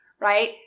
right